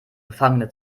gefangene